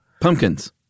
Pumpkins